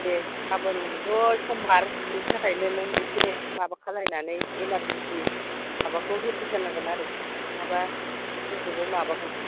दे गाबोनथ' समबार बेनि थाखायनो नों इसे माबा खालायनानै एमारजेन्सि माबाखौ होफैथारनांगोन आरो नोङाबा जोंखौबो माबागोन